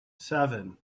seven